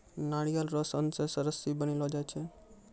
नारियल रो सन से रस्सी भी बनैलो जाय छै